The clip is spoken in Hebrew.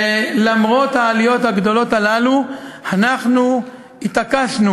ולמרות העליות הגדולות הללו אנחנו התעקשנו